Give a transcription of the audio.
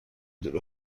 دور